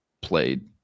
played